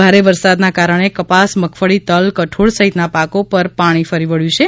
ભારે વરસાદના કારણે કપાસ મગફળી તલ કઠોળ સહિતના પાકો પર પાણી ફરી વબ્યું છે